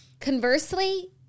Conversely